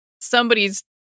somebody's